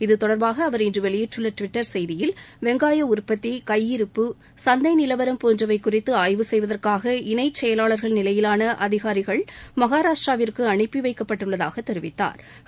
இது தொடர்பாக அவர் இன்று வெளியிட்டுள்ள டுவிட்டர் செய்தியில் வெங்னயம் உற்பத்தி கையிருப்பு சந்தை நிலவரம் போன்றவை குறித்து ஆய்வு செய்வதற்காக இணைச் செயலாளர்கள் நிலையிலான அதிகாரிகள் மகாராஷ்டிராவிற்கு அனுப்பி வைக்கப்பட்டுள்ளதாகத் தெரிவித்தாா்